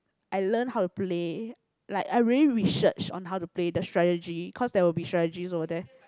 I learn how to play like I really research on how to play the strategy cause there will be strategies over there